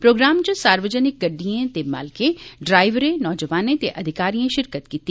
programme च सार्वजनिक गड्डियें ते मालकें ड्राइवरें नौजवानें ते अधिकारियें शिरकत कीती